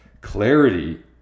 clarity